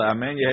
Amen